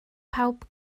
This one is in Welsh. pawb